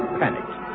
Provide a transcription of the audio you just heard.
panicked